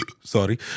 Sorry